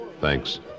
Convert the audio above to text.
Thanks